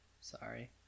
Sorry